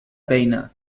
beina